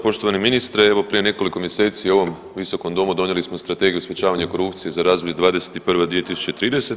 Poštovani ministre, evo prije nekoliko mjeseci u ovom visokom domu donijeli smo Strategiju sprječavanja korupcije za razdoblje '21.-2030.